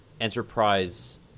enterprise